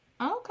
Okay